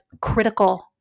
critical